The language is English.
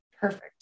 Perfect